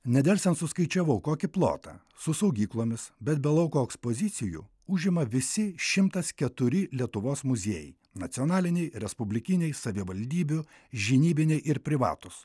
nedelsiant suskaičiavau kokį plotą su saugyklomis bet be lauko ekspozicijų užima visi šimtas keturi lietuvos muziejai nacionaliniai respublikiniai savivaldybių žinybiniai ir privatūs